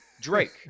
Drake